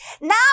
Now